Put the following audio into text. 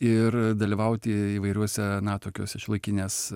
ir dalyvauti įvairiuose na tokiuose šiuolaikinės